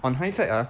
on hindsight ah